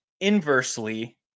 inversely